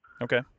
Okay